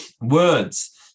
words